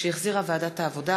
שהחזירה ועדת העבודה,